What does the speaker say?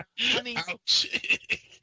Ouch